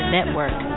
Network